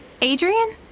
Adrian